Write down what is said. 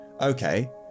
okay